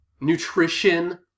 Nutrition